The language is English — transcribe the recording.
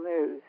news